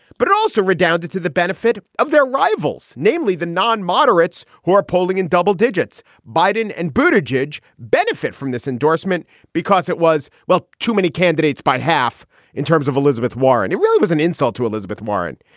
but it also redounded to the benefit of their rivals, namely the non moderates who are polling in double digits. biden and bhuta jej benefit from this endorsement because it was well to many candidates by half in terms of elizabeth warren. it really was an insult to elizabeth warren.